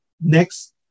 next